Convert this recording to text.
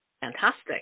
Fantastic